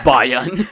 Bayan